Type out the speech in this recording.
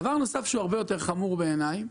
דבר נוסף, שהרבה יותר חמור בעיניי,